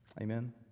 Amen